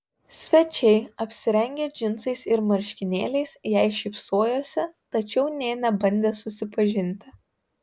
svečiai apsirengę džinsais ir marškinėliais jai šypsojosi tačiau nė nebandė susipažinti